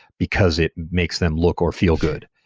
because it makes them look or feel good.